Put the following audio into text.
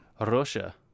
Russia